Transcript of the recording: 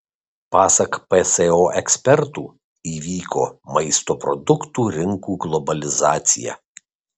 pasak pso ekspertų įvyko maisto produktų rinkų globalizacija